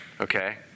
okay